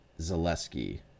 Zaleski